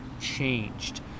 changed